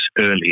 earlier